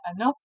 enough